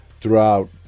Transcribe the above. throughout